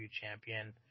champion